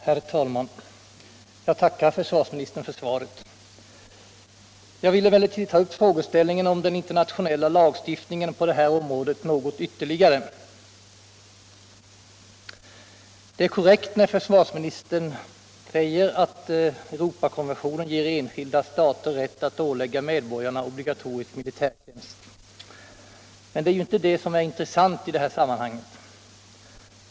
Herr talman! Jag tackar försvarsministern för svaret. Jag vill emellertid ta upp frågeställningen om den internationella lagstiftningen på det här området något ytterligare. Det är korrekt när försvarsministern säger att Europakonventionen ger enskilda stater rätt att ålägga medborgarna obligatorisk militärtjänst. Men det är ju inte det som är intressant i det här sammanhanget.